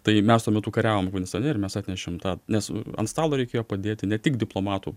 tai mes tuo metu kariavom afganistane ir mes atnešėm tą nes ant stalo reikėjo padėti ne tik diplomatų